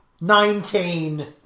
Nineteen